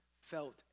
felt